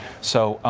so